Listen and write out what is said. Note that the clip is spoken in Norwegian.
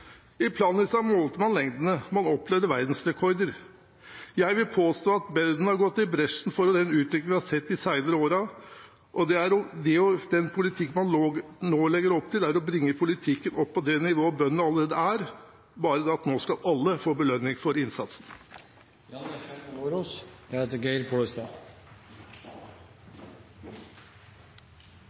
I Planica målte man lengdene. Man opplevde verdensrekorder. Jeg vil påstå at bøndene har gått i bresjen for den utviklingen vi har sett de senere årene, og den politikken man nå legger opp til, er å bringe politikken opp på det nivået bøndene allerede er, bare at nå skal alle få belønning for